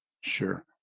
Sure